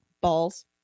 Balls